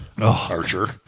Archer